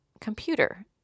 computer